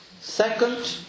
Second